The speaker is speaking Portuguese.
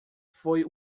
foi